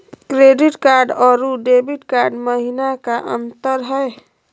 Credit card अरू debit card महिना का अंतर हई?